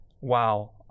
wow